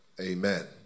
Amen